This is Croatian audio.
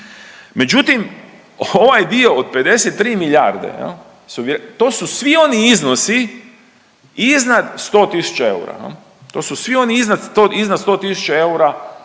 Međutim, ovaj dio od 53 milijarde jel, to su svi oni iznosi iznad 100 tisuća eura jel, to su svi oni iznad 100, iznad